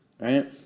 Right